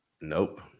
Nope